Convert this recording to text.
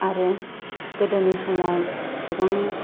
आरो गोदोनि समाव गोबां